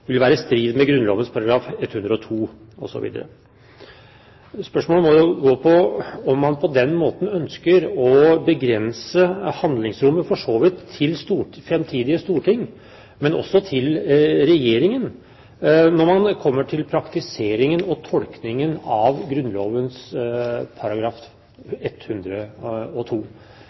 vil være i strid med Grunnloven § 102 Spørsmålet må jo gå på om man på den måten ønsker å begrense handlingsrommet for så vidt til fremtidige storting, men også til regjeringen når man kommer til praktiseringen og tolkningen av